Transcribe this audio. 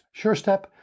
SureStep